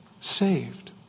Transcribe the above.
saved